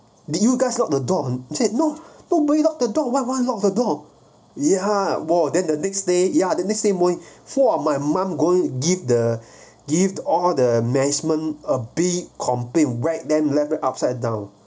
did you guys lock the door he said nobody lock the door why why lock the door ya !wah! then the next day ya the next day morning for my mom going give the give all the management a bit complaint right them level upside down